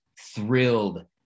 thrilled